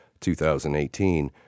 2018